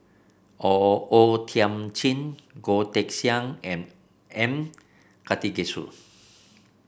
O O Thiam Chin Goh Teck Sian and M Karthigesu